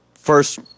first